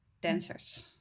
dancers